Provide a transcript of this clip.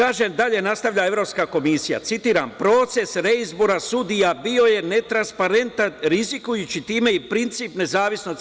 Dalje nastavlja Evropska komisija, citiram – proces reizbora sudija bio je netransparentan rizikujući time i princip nezavisnosti.